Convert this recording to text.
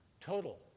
total